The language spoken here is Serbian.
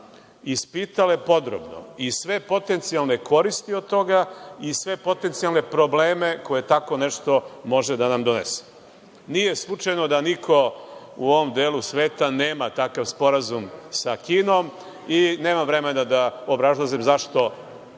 ispitale podrobno i sve potencijalne koristi od toga i sve potencijalne probleme koje tako nešto može da nam donese. Nije slučajno da niko u ovom delu sveta nema takav sporazum sa Kinom i nemam vremena da obrazlažem zašto